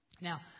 Now